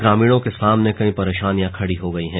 ग्रामीणों के सामने कई परेशानियां खड़ी हो गई हैं